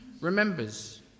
remembers